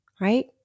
right